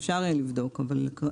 אפשר לבדוק, כרגע אין לנו.